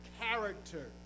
character